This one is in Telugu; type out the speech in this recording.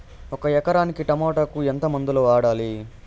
ఒక ఎకరాకి టమోటా కు ఎంత మందులు వాడాలి?